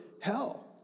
hell